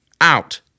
out